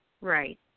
Right